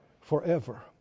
forever